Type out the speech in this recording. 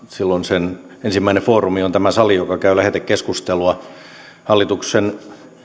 silloin sen ensimmäinen foorumi on tämä sali joka käy lähetekeskustelua hallituksen